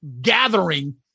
gathering